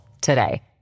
today